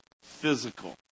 physical